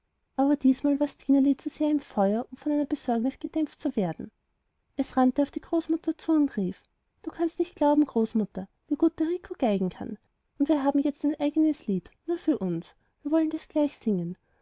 aber diesmal war stineli zu sehr im feuer um von einer besorgnis gedämpft zu werden es rannte auf die großmutter zu und rief du kannst nicht glauben großmutter wie gut der rico geigen kann und wir haben jetzt ein eigenes lied nur für uns wir wollen dir's gleich singen